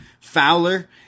Fowler